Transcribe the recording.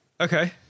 okay